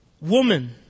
Woman